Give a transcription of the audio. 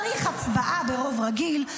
צריך הצבעה ברוב רגיל,